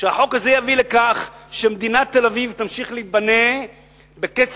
שהחוק הזה יביא לכך שמדינת תל-אביב תמשיך להיבנות בקצב,